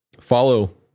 follow